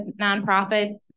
nonprofits